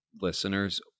listeners